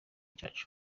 cyacu